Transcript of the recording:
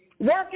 Working